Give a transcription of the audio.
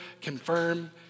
confirm